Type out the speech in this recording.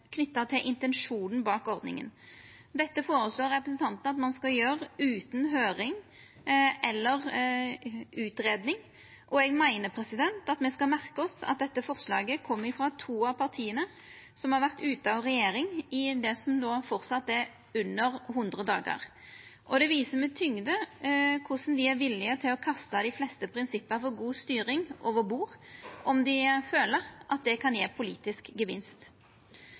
til intensjonen bak ordninga. Dette føreslår representantane at ein skal gjera utan høyring eller utgreiing. Eg meiner at me skal merka oss at dette forslaget kjem frå to av partia som har vore ute av regjering i det som framleis er under 100 dagar. Det viser med tyngde korleis dei er villige til å kasta dei fleste prinsipp for god styring over bord, om dei føler at det kan gje politisk gevinst.